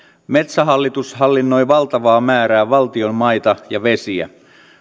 metsähallitus hallinnoi valtavaa määrää valtion maita ja vesiä